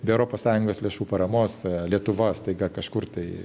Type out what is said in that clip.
be europos sąjungos lėšų paramos lietuva staiga kažkur tai